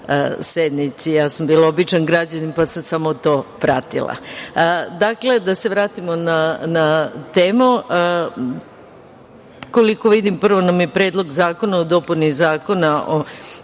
Gojković** Ja sam bila običan građanin, pa sam samo to pratila. Dakle, da se vratimo na temu. Koliko vidim prvo nam je Predlog zakona o dopuni Zakona o